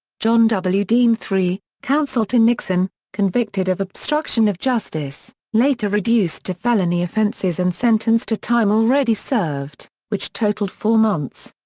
john w. dean iii, counsel to nixon, convicted of obstruction of justice, later reduced to felony offenses and sentenced to time already served, which totaled four months.